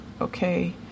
Okay